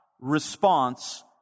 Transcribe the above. response